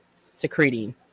secreting